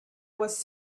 was